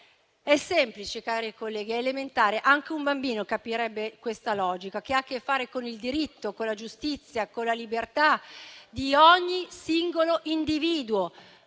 ed elementare, colleghi, ed anche un bambino capirebbe questa logica che ha a che fare con il diritto, con la giustizia, con la libertà di ogni singolo individuo.